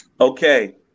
Okay